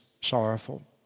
sorrowful